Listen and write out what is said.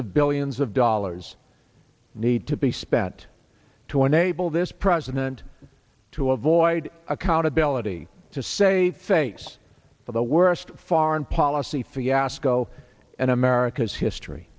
of billions of dollars need to be spent to enable this president to avoid accountability to say face for the worst foreign policy fiasco in america's history